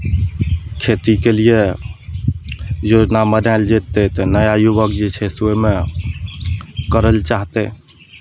खेतीके लिए योजना बनायल जेतै तऽ नया युवक जे छै से ओहिमे करय लेल चाहतै